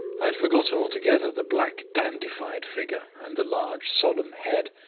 i had forgotten altogether the black dandified figure and the large solemn head,